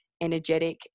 energetic